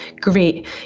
great